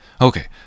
Okay